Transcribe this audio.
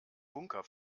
bunker